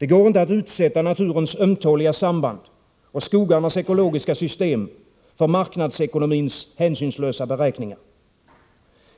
Det går inte att utsätta naturens ömtåliga samband och skogens ekologiska system för marknadsekonomins hänsynslösa beräkningar.